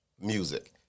music